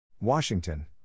Washington